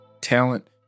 talent